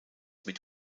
mit